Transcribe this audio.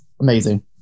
amazing